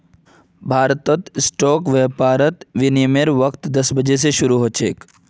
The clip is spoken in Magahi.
भारतत स्टॉक व्यापारेर विनियमेर वक़्त दस बजे स शरू ह छेक